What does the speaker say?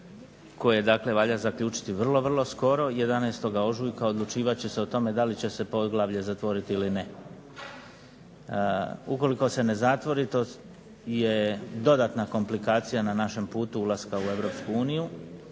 dakle valja zaključiti vrlo, vrlo skoro, 11. ožujka odlučivat će se o tome da li će se poglavlje zatvoriti ili ne. Ukoliko se ne zatvori to je dodatna komplikacija na našem put ulaska u